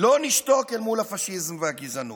לא נשתוק אל מול הפשיזם והגזענות.